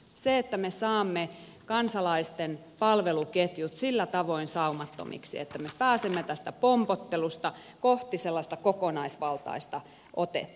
se että me saamme kansalaisten palveluketjut sillä tavoin saumattomiksi että me pääsemme tästä pompottelusta kohti sellaista kokonaisvaltaista otetta